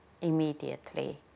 immediately